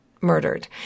murdered